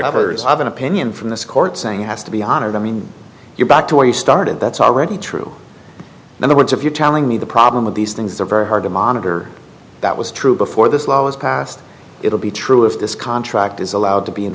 others have an opinion from this court saying has to be honored i mean you're back to where you started that's already true in other words if you're telling me the problem of these things are very hard to monitor that was true before this law was passed it will be true if this contract is allowed to be